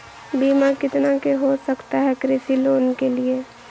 बीमा कितना के हो सकता है कृषि लोन के लिए?